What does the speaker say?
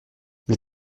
les